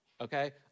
okay